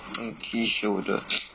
monkey shoulder